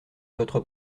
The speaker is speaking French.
votre